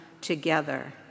together